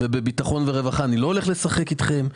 ובביטחון וברווחה אני לא הולך לשחק אתכם.